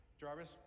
Jarvis